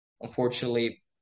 Unfortunately